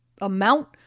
amount